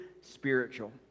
spiritual